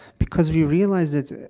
because we realize that,